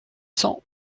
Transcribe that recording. cents